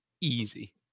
Easy